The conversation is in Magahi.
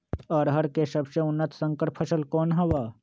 अरहर के सबसे उन्नत संकर फसल कौन हव?